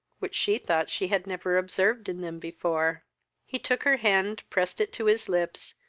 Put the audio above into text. which she thought she had never observed in them before he took her hand, pressed it to his lips,